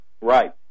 Right